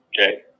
okay